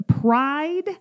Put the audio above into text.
Pride